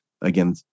again